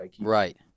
Right